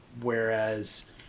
Whereas